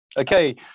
Okay